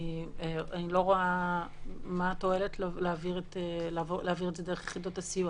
אני לא רואה מה התועלת להעביר את זה דרך יחידות הסיוע.